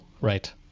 right